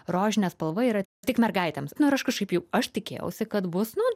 rožinė spalva yra tik mergaitėms nu ir aš kažkaip jau aš tikėjausi kad bus nu